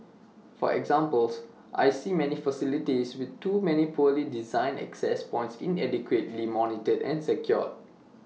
for examples I see many facilities with too many poorly designed access points inadequately monitored and secured